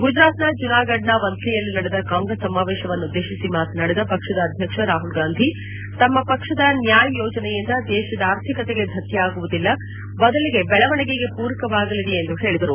ಗುಜರಾತ್ನ ಜುನಾಗಢ್ನ ವಂಥ್ವಿಯಲ್ಲಿ ನಡೆದ ಕಾಂಗ್ರೆಸ್ ಸಮಾವೇಶವನ್ನುದ್ದೇಶಿಸಿ ಮಾತನಾಡಿದ ಪಕ್ಷದ ಅಧ್ಯಕ್ಷ ರಾಹುಲ್ ಗಾಂಧಿ ತಮ್ಮ ಪಕ್ಷದ ನ್ಯಾಯ್ ಯೋಜನೆಯಿಂದ ದೇಶದ ಆರ್ಥಿಕತೆಗೆ ಧಕ್ಕೆ ಯಾಗುವುದಿಲ್ಲ ಬದಲಿಗೆ ಬೆಳವಣಿಗೆಗೆ ಪೂರಕವಾಗಲಿದೆ ಎಂದು ಹೇಳಿದರು